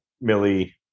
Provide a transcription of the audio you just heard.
millie